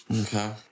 Okay